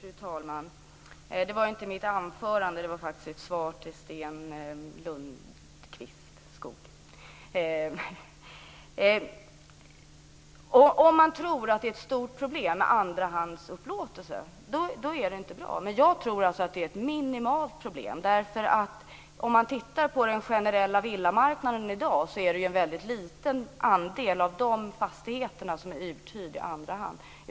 Fru talman! Jag sade inte det i mitt anförande utan i ett svar till Sten Lundström. Om man tror att det är ett stort problem med andrahandsupplåtelser, då är det inte bra. Men jag tror att det är ett minimalt problem. Om man tittar på den generella villamarknaden i dag är det en mycket liten andel av dessa fastigheter som är uthyrda i andra hand.